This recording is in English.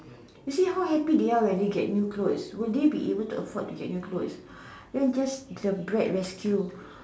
you see how happy they are when they get new clothes will they be able to afford to get new clothes that's just the bread rescue